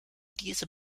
diese